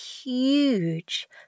huge